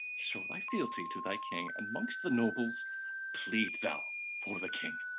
show thy fealty to thy king, and mongst the nobles plead thou for the king.